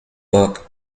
book